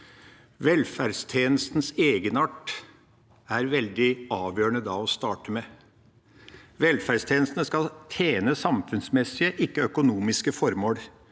Velferdstjenestens egenart er veldig avgjørende å starte med. Velferdstjenestene skal tjene samfunnsmessige og ikke økonomiske formål.